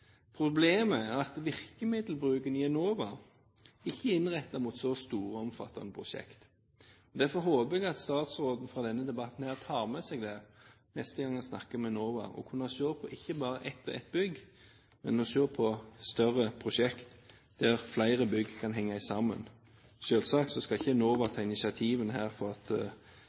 Problemet er at virkemiddelbruken i Enova ikke er innrettet mot så store og omfattende prosjekt. Derfor håper jeg at statsråden tar med seg det fra denne debatten neste gang han snakker med Enova: å kunne se på ikke bare ett og ett bygg, men å se på større prosjekt der flere bygg kan henge sammen. Selvsagt skal ikke Enova gå inn og ta